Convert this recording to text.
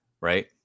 right